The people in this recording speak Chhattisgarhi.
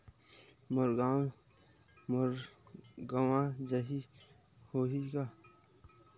मोर गंवा जाहि का होही?